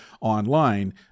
online